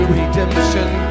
redemption